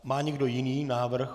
Má někdo jiný návrh?